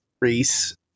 Reese